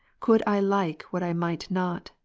could i like what i might not,